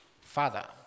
Father